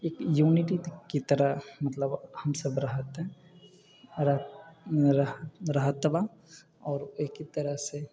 एक यूनिटीके तरह मतलब हमसब रहै ता रहत बा आओर ओयके तरहसँ